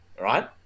right